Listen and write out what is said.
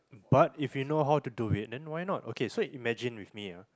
but if you know how to do it then why not okay so imagine with me ah